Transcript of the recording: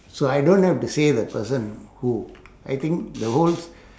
so I don't have to say the person who I think the whole s~